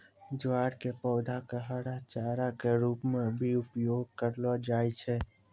ज्वार के पौधा कॅ हरा चारा के रूप मॅ भी उपयोग करलो जाय छै